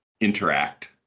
interact